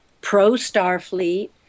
pro-Starfleet